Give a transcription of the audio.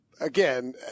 Again